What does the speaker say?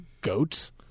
Goats